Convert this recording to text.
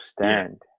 stand